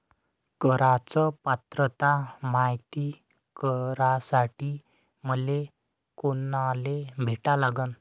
कराच पात्रता मायती करासाठी मले कोनाले भेटा लागन?